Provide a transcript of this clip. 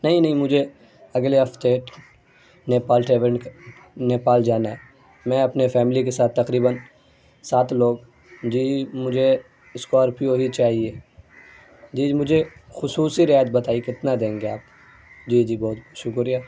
نہیں نہیں مجھے اگلے ہفتے نیپال نیپال جانا ہے میں اپنے فیملی کے ساتھ تقریباً سات لوگ جی جی مجھے اسکارپیو ہی چاہیے جی جی مجھے خصوصی رعایت بتائیے کتنا دیں گے آپ جی جی بہت بہت شکریہ